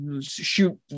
shoot